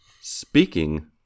Speaking